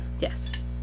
Yes